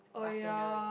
afternoon